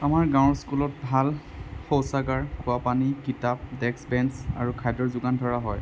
আমাৰ গাঁৱৰ স্কুলত শৌচাগাৰ খোৱা পানী কিতাপ ডেস্ক বেঞ্চ আৰু খাদ্যৰ যোগান ধৰা হয়